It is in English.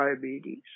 diabetes